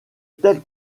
telle